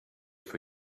for